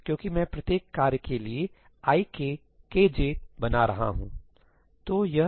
क्योंकि मैं प्रत्येक कार्य के लिए i k k j बना रहा हूं